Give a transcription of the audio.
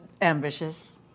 ambitious